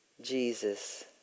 Jesus